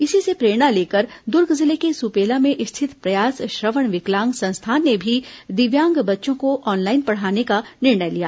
इसी से प्रेरणा लेकर दुर्ग जिले के सुपेला में स्थित प्रयास श्रवण विकलांग संस्थान ने भी दिव्यांग बच्चों को ऑनलाइन पढ़ाने का निर्णय लिया